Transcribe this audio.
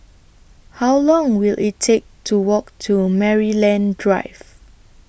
How Long Will IT Take to Walk to Maryland Drive